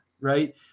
Right